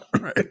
right